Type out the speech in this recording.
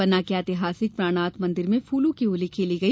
पन्ना के एतिहासिक प्राणनाथ मंदिर में फूलों की होली खेली गई